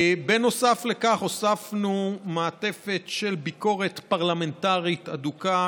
בנוסף לכך הוספנו מעטפת של ביקורת פרלמנטרית הדוקה,